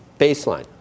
baseline